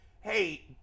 hey